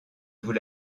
vous